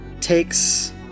takes